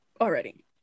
already